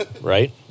Right